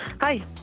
Hi